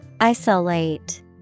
Isolate